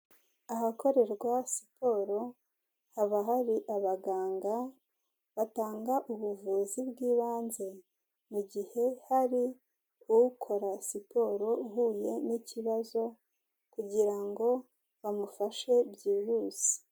Ahakorerwa siporo haba hari abaganga batanga ubuvuzi bw'ibanze mu gihe hari ukora siporo uhuye n'ikibazo kugira ngo bamufashe byihuse.